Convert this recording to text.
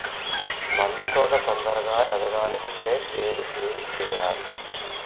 మల్లె తోట తొందరగా ఎదగాలి అంటే నేను ఏం చేయాలి?